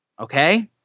okay